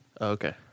Okay